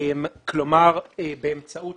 כלומר, באמצעות